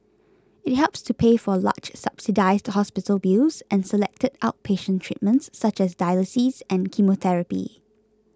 it helps to pay for large subsidised hospital bills and selected outpatient treatments such as dialysis and chemotherapy